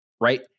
right